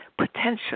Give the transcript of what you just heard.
potential